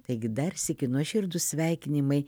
taigi dar sykį nuoširdūs sveikinimai